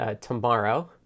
tomorrow